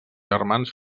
germans